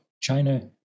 China